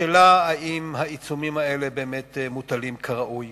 השאלה אם העיצומים האלה באמת מוטלים כראוי